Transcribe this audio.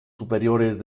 superiores